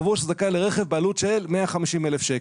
קבוע שהוא זכאי לרכב בעלות של 150,000 שקלים.